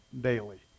daily